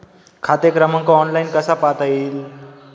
खाते क्रमांक ऑनलाइन कसा पाहता येईल?